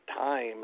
time